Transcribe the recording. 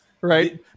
right